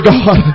God